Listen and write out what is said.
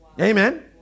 amen